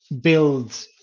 build